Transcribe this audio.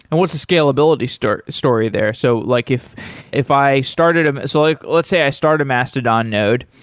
and what's the scalability story story there? so like if if i started a so like let's say i started a mastodon node.